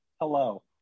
Hello